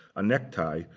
a necktie,